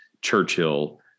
Churchill